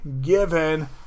given